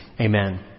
amen